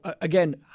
again